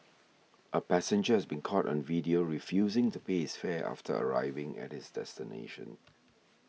a passenger has been caught on video refusing to pay his fare after arriving at his destination